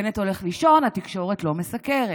בנט הולך לישון, התקשורת לא מסקרת.